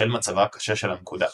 בשל מצבה הקשה של הנקודה.